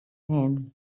him